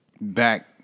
back